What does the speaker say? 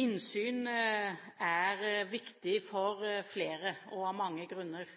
Innsyn er viktig for flere og av mange grunner.